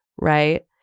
right